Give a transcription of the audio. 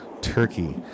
Turkey